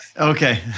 Okay